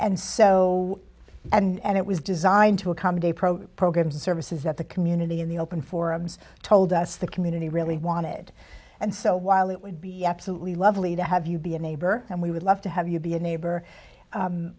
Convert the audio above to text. and so and it was designed to accommodate program services that the community in the open forums told us the community really wanted and so while it would be absolutely lovely to have you be a neighbor and we would love to have you be a neighbor